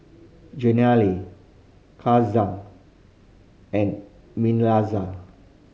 Jenilee Katia and Mikalah